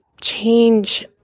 change